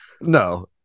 no